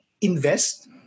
invest